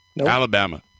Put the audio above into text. Alabama